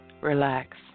Relax